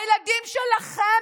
הילדים שלכם,